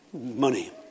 money